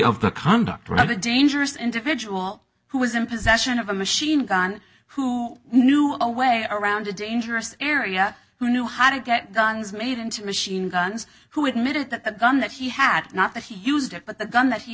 of a dangerous individual who was in possession of a machine gun who knew a way around a dangerous area who knew how to get guns made into machine guns who admitted that the gun that he had not that he used it but the gun that he